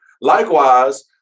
likewise